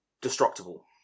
destructible